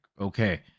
Okay